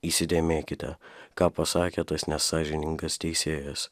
įsidėmėkite ką pasakė tas nesąžiningas teisėjas